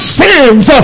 sins